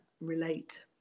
relate